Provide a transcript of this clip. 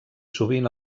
sovint